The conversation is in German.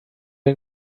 den